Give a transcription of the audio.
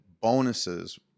bonuses